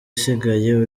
isigaye